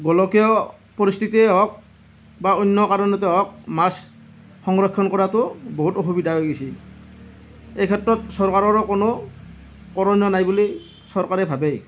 গোলকীয় পৰিস্থিতিয়ে হওক বা অন্য কাৰণতে হওক মাছ সংৰক্ষণ কৰাটো বহুত অসুবিধা হৈ গৈছে এই ক্ষেত্ৰত চৰকাৰৰো কোনো কৰণীয় নাই বুলি চৰকাৰে ভাবে